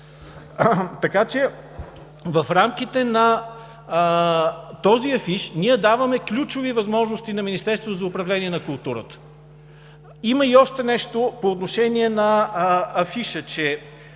групата. В рамките на този афиш ние даваме ключови възможности на Министерството за управление на културата. Има и още нещо по отношение на афиша. В